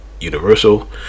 Universal